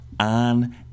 on